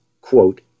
quote